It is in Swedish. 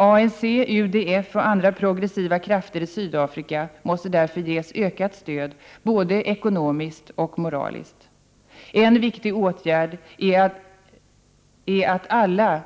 ANC, UDF och andra progressiva krafter i Sydafrika måste därför ges ökat stöd, både ekonomiskt och moraliskt. En viktig åtgärd är att alla